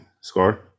score